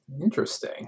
Interesting